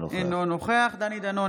אינו נוכח דני דנון,